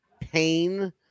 pain